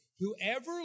Whoever